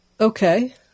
Okay